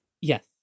Yes